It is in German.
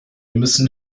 müssen